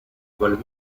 quel